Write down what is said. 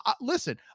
listen